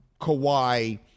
Kawhi